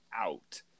out